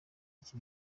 icyo